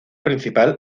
principal